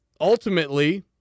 ultimately